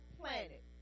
planet